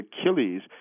Achilles